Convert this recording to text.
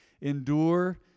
endure